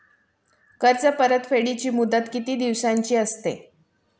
कर्ज परतफेडीची मुदत किती दिवसांची असते?